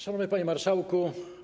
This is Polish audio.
Szanowny Panie Marszałku!